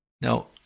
Now